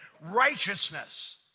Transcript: righteousness